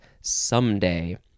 someday